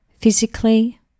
physically